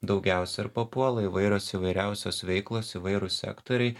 daugiausia ir papuola įvairios įvairiausios veiklos įvairūs sektoriai